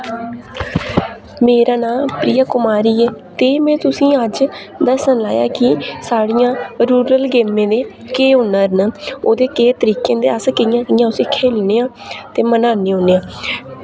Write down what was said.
मेरा नाम प्रिया कुमारी ऐ ते में तुसें अज्ज दस्सन लाया कि साढ़ियां रूरल गेमें दे केह् हुनर न ओह्दे केह् तरीके न ते अस कि'यां कि'यां उस्सी खेलनेआं ते मनान्ने होन्नेआं